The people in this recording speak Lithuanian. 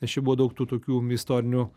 nes čia buvo daug tų tokių istorinių